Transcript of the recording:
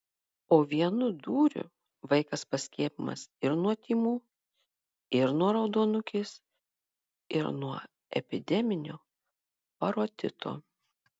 o vienu dūriu vaikas paskiepijamas ir nuo tymų ir nuo raudonukės ir nuo epideminio parotito